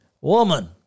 Woman